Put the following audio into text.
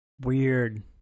Weird